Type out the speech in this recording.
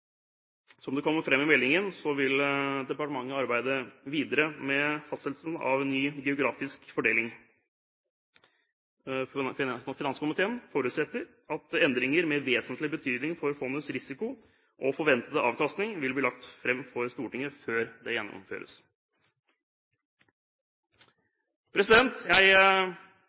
Som det kommer fram i meldingen, vil departementet arbeide videre med fastsettelsen av en ny geografisk fordeling. Finanskomiteen forutsetter at endringer med vesentlige betydninger for fondets risiko og forventede avkastning vil bli lagt fram for Stortinget før de gjennomføres. Jeg